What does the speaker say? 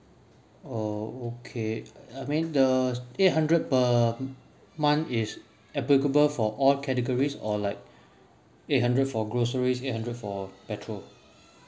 oh okay I mean the eight hundred per month is applicable for all categories or like eight hundred for groceries eight hundred for petrol